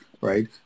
right